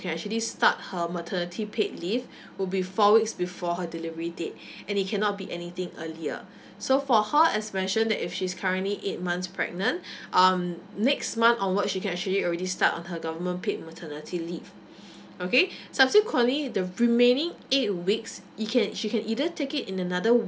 actually start her maternity paid leave will be four weeks before her delivery date and it cannot be anything earlier so for her as mention that if she's currently eight months pregnant um next month onwards she can actually already start on her government paid maternity leave okay subsequently the remaining eight weeks it can she can either take it in another